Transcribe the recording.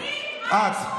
אני, את.